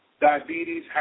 diabetes